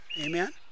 amen